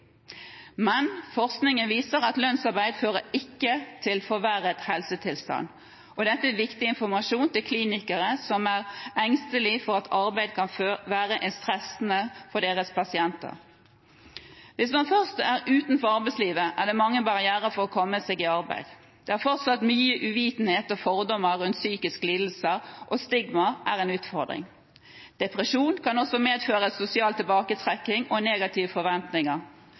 men forskningen viser at lønnsarbeid ikke fører til forverret helsetilstand. Dette er viktig informasjon til klinikere som er engstelig for at arbeid kan være for stressende for deres pasienter. Hvis man først er utenfor arbeidslivet, er det mange barrierer for å komme seg i arbeid. Det er fortsatt mye uvitenhet og fordommer rundt psykiske lidelser, og stigma er en utfordring. Depresjon kan også medføre sosial tilbaketrekking og negative forventninger.